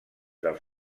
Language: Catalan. del